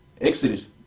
Exodus